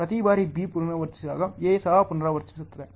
ಪ್ರತಿ ಬಾರಿ B ಪುನರಾವರ್ತಿಸಿದಾಗ A ಸಹ ಪುನರಾವರ್ತಿಸುತ್ತದೆ